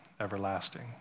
everlasting